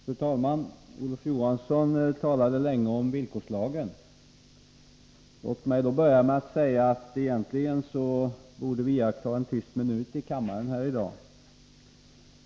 Fru talman! Olof Johansson talade länge om villkorslagen. Låt mig börja med att säga att vi egentligen borde ha en tyst minut här i kammaren i dag.